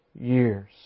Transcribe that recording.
years